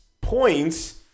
points